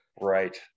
Right